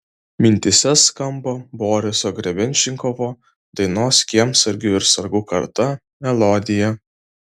mintyse skamba boriso grebenščikovo dainos kiemsargių ir sargų karta melodija